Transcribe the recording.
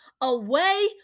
Away